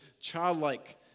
childlike